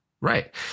Right